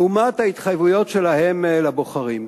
לעומת ההתחייבויות שלהן לבוחרים.